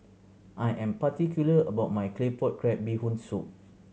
I am particular about my Claypot Crab Bee Hoon Soup